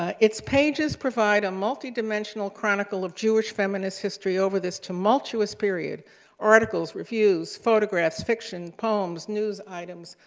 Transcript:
it's pages provide a multi-dimensional chronicle of jewish feminist history over this tumultuous period articles, reviews, photographs, fiction, poems, news items,